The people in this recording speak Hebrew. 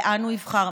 ולאן הוא יבחר,